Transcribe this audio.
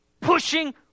pushing